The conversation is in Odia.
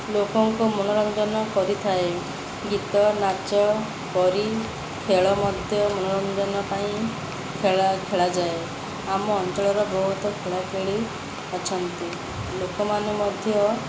ଲୋକଙ୍କୁ ମନୋରଞ୍ଜନ କରିଥାଏ ଗୀତ ନାଚ ପରି ଖେଳ ମଧ୍ୟ ମନୋରଞ୍ଜନ ପାଇଁ ଖେଳା ଖେଳାଯାଏ ଆମ ଅଞ୍ଚଳର ବହୁତ ଖେଳାଖେଳି ଅଛନ୍ତି ଲୋକମାନେ ମଧ୍ୟ